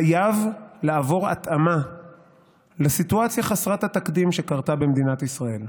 חייב לעבור התאמה לסיטואציה חסרת התקדים שקרתה במדינת ישראל.